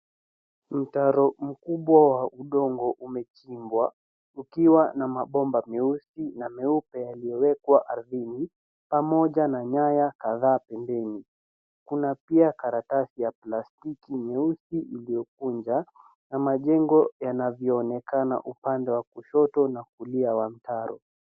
Mtaro mkubwa wa udongo umechimbwa ukiwa na mabomba meusi na meupe yaliyowekwa ardhini pamoja na nyaya kadhaa pembeni. Kuna pia karatasi ya plastiki nyeusi iliyokunjwa na majengo yanavyoonekana upande wa kushoto na kulia wa mtaro.